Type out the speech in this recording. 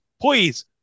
Please